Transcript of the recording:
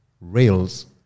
rails